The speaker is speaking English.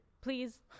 Please